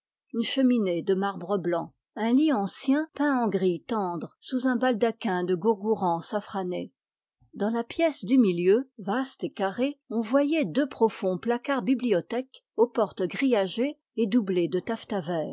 une cheminée de marbre blanc un lit ancien peint en gris tendre sous un baldaquin de gourgouran safrané dans la pièce du milieu vaste et carrée on voyait deux profondes bibliothèques aux portes grillagées et doublées de taffetas vert